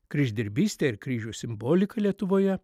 kryždirbystę ir kryžių simboliką lietuvoje